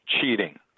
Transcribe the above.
cheating